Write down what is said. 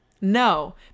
no